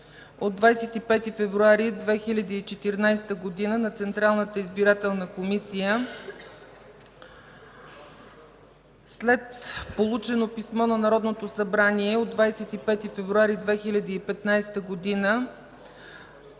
от 25 февруари 2015 г. на Централната избирателна комисия, след получено писмо на Народното събрание от 25 февруари 2015 г.